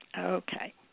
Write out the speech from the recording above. Okay